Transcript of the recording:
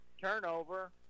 Turnover